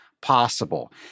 possible